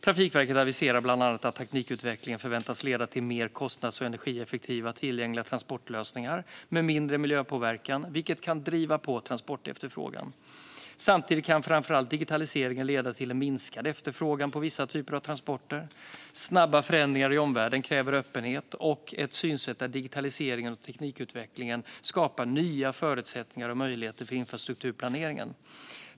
Trafikverket aviserar bland annat att teknikutvecklingen förväntas leda till mer kostnads och energieffektiva tillgängliga transportlösningar med mindre miljöpåverkan, vilket kan driva på transportefterfrågan. Samtidigt kan framför allt digitaliseringen leda till en minskad efterfrågan på vissa typer av transporter. Snabba förändringar i omvärlden kräver öppenhet och ett synsätt där digitaliseringen och teknikutvecklingen skapar nya förutsättningar och möjligheter för infrastrukturplaneringen.